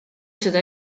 seda